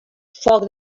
foc